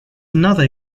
another